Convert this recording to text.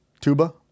Tuba